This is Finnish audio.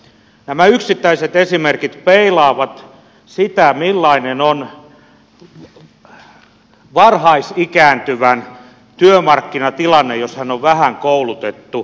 nämä yksittäiset esimerkit peilaavat sitä millainen on varhaisikääntyvän työmarkkinatilanne jos hän on vähän koulutettu